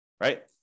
right